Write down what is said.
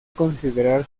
considerar